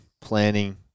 planning